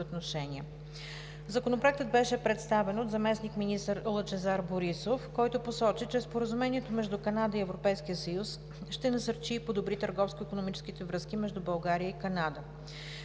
Законопроектът беше представен от заместник-министър Лъчезар Борисов, който посочи, че Споразумението между Канада и Европейския съюз ще насърчи и подобри търговско-икономическите връзки между България и Канада.